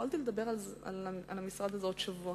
יכולתי לדבר על המשרד הזה עוד שבוע,